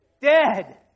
dead